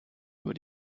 über